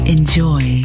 Enjoy